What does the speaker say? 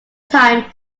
time